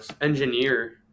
engineer